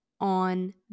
on